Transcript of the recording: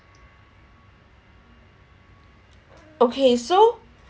okay so